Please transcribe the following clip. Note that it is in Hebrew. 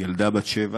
לילדה בת שבע